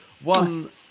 One